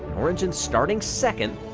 orn, and starting second,